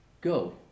Go